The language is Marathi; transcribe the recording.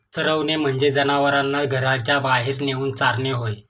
चरवणे म्हणजे जनावरांना घराच्या बाहेर नेऊन चारणे होय